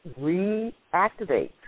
reactivate